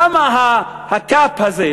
למה ה-cap הזה,